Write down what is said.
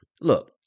look